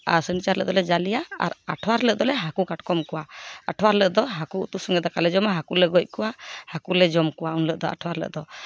ᱟᱨ ᱥᱚᱱᱤ ᱵᱟᱨ ᱦᱤᱞᱳᱜ ᱫᱚᱞᱮ ᱡᱟᱞᱮᱭᱟ ᱟᱨ ᱟᱴᱷᱣᱟᱨ ᱦᱤᱞᱳᱜ ᱫᱚᱞᱮ ᱦᱟᱹᱠᱩ ᱠᱟᱴᱠᱚᱢ ᱠᱚᱣᱟ ᱟᱴᱷᱣᱟᱨ ᱦᱤᱞᱳᱜ ᱫᱚ ᱦᱟᱹᱠᱩ ᱩᱛᱩ ᱥᱚᱸᱜᱮ ᱫᱟᱠᱟᱞᱮ ᱡᱚᱢᱟ ᱦᱟᱹᱠᱩᱞᱮ ᱜᱚᱡ ᱠᱚᱣᱟ ᱦᱟᱹᱞᱩ ᱞᱮ ᱡᱚᱢ ᱠᱚᱣᱟ ᱩᱱ ᱦᱤᱞᱳᱜ ᱫᱚ ᱟᱴᱷᱣᱟᱨ ᱦᱤᱞᱳᱜ ᱫᱚ